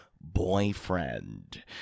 boyfriend